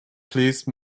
please